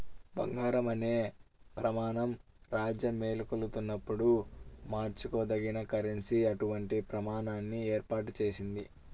బంగారం అనే ప్రమాణం రాజ్యమేలుతున్నప్పుడు మార్చుకోదగిన కరెన్సీ అటువంటి ప్రమాణాన్ని ఏర్పాటు చేసింది